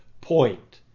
point